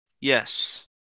Yes